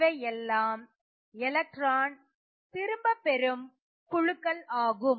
இவையெல்லாம் எலக்ட்ரான் திரும்பப்பெறும் குழுக்கள் ஆகும்